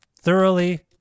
thoroughly